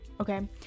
okay